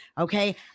okay